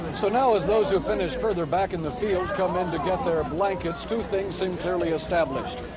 so now as those who finished further back in the field come in to get their blankets, two things seem clearly established.